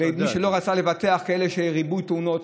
ומי שלא רצה לבטח כאלה שהיה להם ריבוי תאונות,